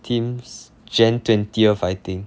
since jan twentieth I think